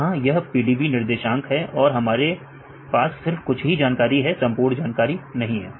यहां यह PDB निर्देशांक है और हमारे पास सिर्फ कुछ ही जानकारी है संपूर्ण जानकारी नहीं है